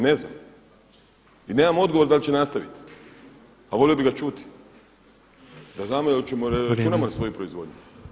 Ne znam i nemam odgovor da li će nastavit, a volio [[Upadica predsjednik: Vrijeme.]] bih ga čuti da znamo da računamo na svoju proizvodnju.